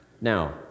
Now